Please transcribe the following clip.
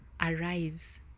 Arise